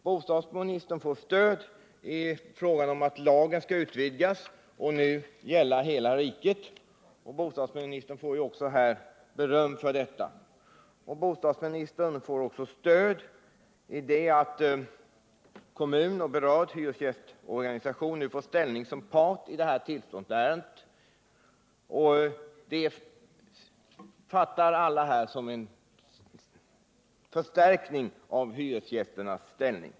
Bostadsministern får stöd i frågan om att lagen skall utvidgas till att gälla hela riket — och hon har nu också fått beröm för detta här — och hon får stöd också i frågan om att kommun och berörd hyresgästorganisation nu får ställning som part i tillståndsärenden, något som alla uppfattar som en förstärkning av hyresgästernas ställning.